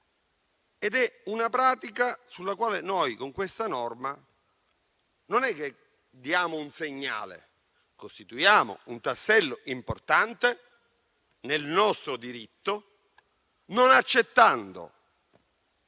ed è una pratica rispetto alla quale noi, con questa norma, non diamo un segnale, ma costituiamo un tassello importante nel nostro diritto non accettando